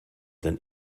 than